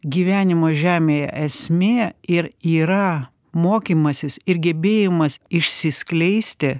gyvenimo žemėje esmė ir yra mokymasis ir gebėjimas išsiskleisti